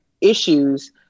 issues